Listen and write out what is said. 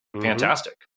fantastic